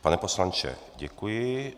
Pane poslanče, děkuji.